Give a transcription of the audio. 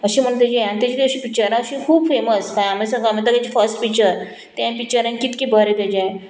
अशें म्हण तेजे आनी तेजे अशीं पिक्चरां अशीं खूब फेमस कयामत से कयामत तक तेजें फस्ट पिक्चर तें पिक्चर आनी कितकें बरें तेजें